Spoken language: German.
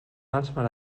manchmal